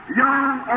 young